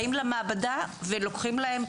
באים למעבדה ולוקחים להם.